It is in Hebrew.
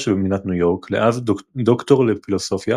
שבמדינת ניו יורק לאב דוקטור לפילוסופיה